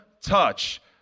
touch